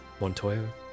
Montoya